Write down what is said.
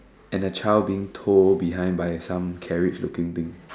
and a child being tow behind by some carriage looking thing